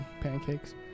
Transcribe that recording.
Pancakes